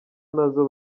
nazo